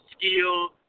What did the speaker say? skill